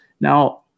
Now